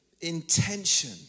intention